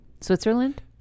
switzerland